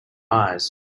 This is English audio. eyes